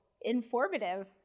informative